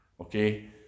Okay